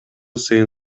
сайын